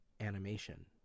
animation